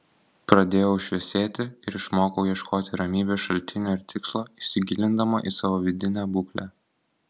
pradėjau šviesėti ir išmokau ieškoti ramybės šaltinio ir tikslo įsigilindama į savo vidinę būklę